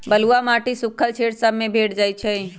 बलुआ माटी सुख्खल क्षेत्र सभ में भेंट जाइ छइ